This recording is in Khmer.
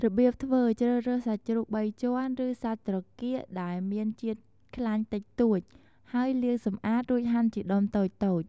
របៀបធ្វើ ជ្រើសរើសសាច់ជ្រូកបីជាន់ ឬសាច់ត្រគាកដែលមានជាតិខ្លាញ់តិចតួច ហើយលាងសម្អាត រួចហាន់ជាដុំតូចៗ។